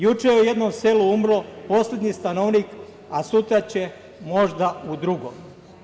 Juče je u jednom selu umro poslednji stanovnik, a sutra će možda u drugom“